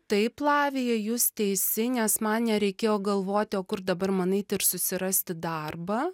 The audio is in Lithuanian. taip lavija jūs teisi nes man nereikėjo galvoti o kur dabar man eiti ir susirasti darbą